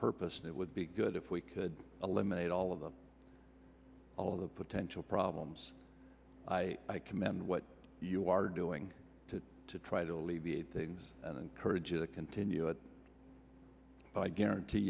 purpose that would be good if we could eliminate all of the of the potential problems i commend what you are doing to try to alleviate things and encourage you to continue it but i guarantee